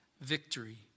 victory